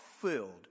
filled